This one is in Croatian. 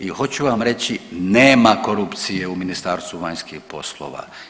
I hoću vam reći nema korupcije u Ministarstvu vanjskih poslova.